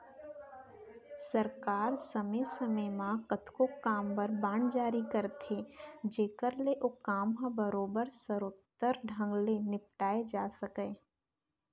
सरकार समे समे म कतको काम बर बांड जारी करथे जेकर ले ओ काम ह बरोबर सरोत्तर ढंग ले निपटाए जा सकय